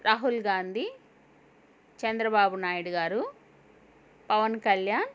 Rahul Gandhi Chandrababu Naidu garu Pawan Kalyan